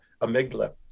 amygdala